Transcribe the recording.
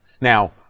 Now